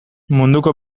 munduko